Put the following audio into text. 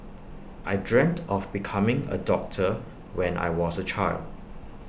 I dreamt of becoming A doctor when I was A child